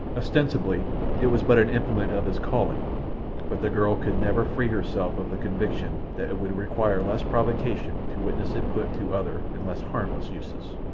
ostensibly it was but an implement of his calling but the girl could never free herself of the conviction that it would require less provocation to witness it put to other and less harmless uses.